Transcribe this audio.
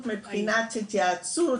מבחינת התייעצות,